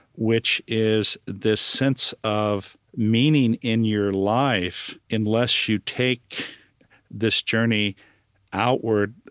which is this sense of meaning in your life, unless you take this journey outward.